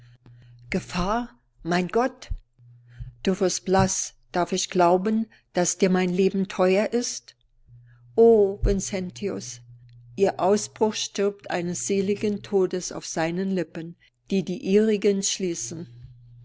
gefahr mein gott du wirst blaß darf ich glauben daß dir mein leben teuer ist o vincentius ihr ausbruch stirbt eines seligen todes auf seinen lippen die die ihrigen schließen